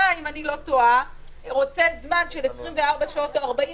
אתה רוצה זמן של 24 שעות או 48 שעות,